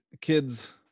kids